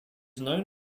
known